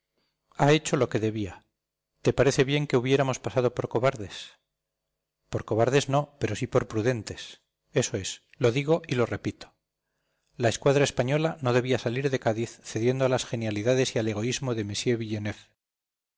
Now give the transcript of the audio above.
ha hecho ha hecho lo que debía te parece bien que hubiéramos pasado por cobardes por cobardes no pero sí por prudentes eso es lo digo y lo repito la escuadra española no debía salir de cádiz cediendo a las genialidades y al egoísmo de m